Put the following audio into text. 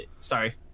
sorry